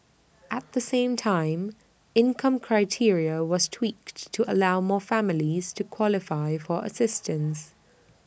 at the same time income criteria was tweaked to allow more families to qualify for assistance